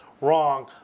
wrong